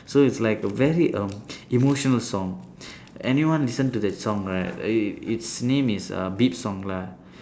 so it's like very err emotional song anyone listen to that song right it its name is uh beep song lah